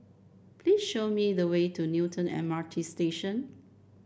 please show me the way to Newton M R T Station